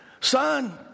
Son